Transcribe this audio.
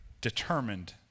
determined